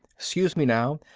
scuse me now.